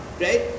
right